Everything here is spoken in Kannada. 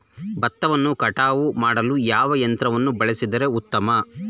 ಭತ್ತವನ್ನು ಕಟಾವು ಮಾಡಲು ಯಾವ ಯಂತ್ರವನ್ನು ಬಳಸಿದರೆ ಉತ್ತಮ?